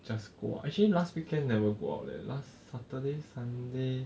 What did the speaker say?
just go out actually last weekend never go out leh last saturday sunday